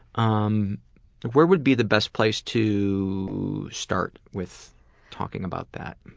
um where would be the best place to start with talking about that?